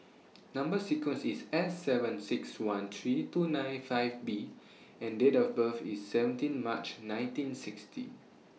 Number sequence IS S seven six one three two nine five B and Date of birth IS seventeen March nineteen sixty